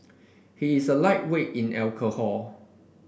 he is a lightweight in alcohol